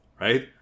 right